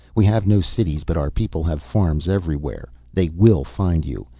we have no cities, but our people have farms everywhere, they will find you.